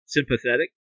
Sympathetic